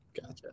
Gotcha